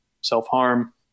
self-harm